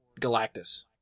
Galactus